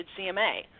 CMA